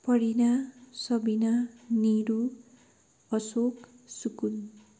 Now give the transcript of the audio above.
परिना सबिना निरू अशोक सुकुन